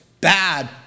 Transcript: bad